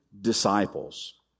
disciples